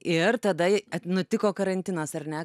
ir tada nutiko karantinas ar ne